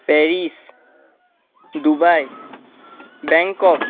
Paris Dubai Bangkok